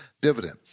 dividend